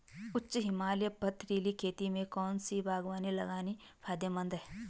उच्च हिमालयी पथरीली खेती में कौन सी बागवानी लगाना फायदेमंद है?